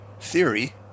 theory